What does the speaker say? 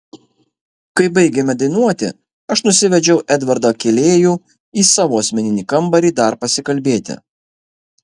kai baigėme dainuoti aš nusivedžiau edvardą kėlėjų į savo asmeninį kambarį dar pasikalbėti